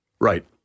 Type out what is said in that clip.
Right